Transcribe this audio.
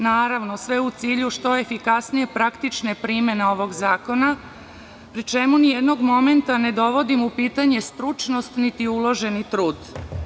Naravno, sve u cilju što efikasnije praktične primene ovog zakona, pri čemu nijednog momenta ne dovodim u pitanje stručnost niti uloženi trud.